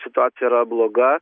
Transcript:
situacija yra bloga